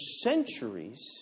centuries